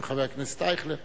עם חבר הכנסת אייכלר